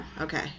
Okay